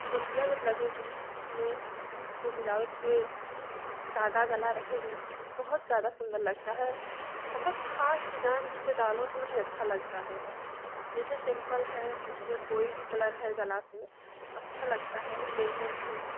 मोतियाँ जब लगेगी उसमें उसपे बिलाउज पे सादा गला रहेगी तो बहुत ज़्यादा सुंदर लगता है बहुत खास डिजाइन जैसे डालो तो नहीं अच्छा लगता है जैसे सिम्पल है उसमें कोई भी कलर है गला पे तो अच्छा लगता है देखने में भी